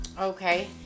Okay